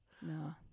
No